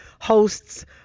host's